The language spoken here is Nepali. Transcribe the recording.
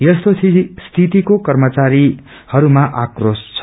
यस्तो स्थितिले कर्मचारीहरूमा आक्रोश छ